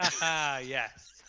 Yes